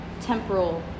temporal